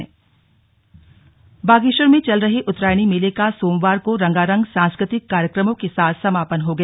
slug Uttarayani मेला संपन्न बागेश्वर में चल रहे उत्तरायणी मेले का सोमवार को रंगारंग सांस्कृतिक कार्यक्रमों के साथ समापन हो गया